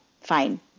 Fine